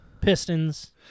Pistons